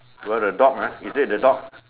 well the dog ah is it the dog